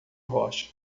rocha